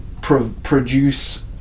produce